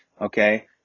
Okay